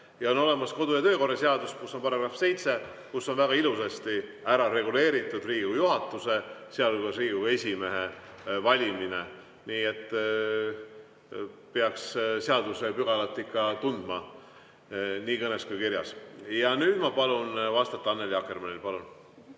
Ja on olemas kodu‑ ja töökorra seadus, milles on § 7, kus on väga ilusasti ära reguleeritud Riigikogu juhatuse, sealhulgas Riigikogu esimehe valimine. Nii et peaks seadusepügalat ikka tundma, nii kõnes kui ka kirjas. Ja nüüd ma palun vastata Annely Akkermannil.